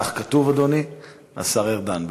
בכובעו כשר ההסברה,